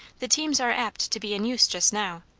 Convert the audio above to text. the teams are apt to be in use just now.